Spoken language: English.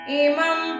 imam